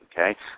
okay